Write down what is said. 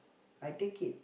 I take it